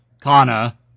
Kana